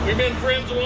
been friends